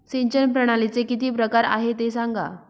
सिंचन प्रणालीचे किती प्रकार आहे ते सांगा